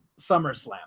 SummerSlam